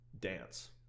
dance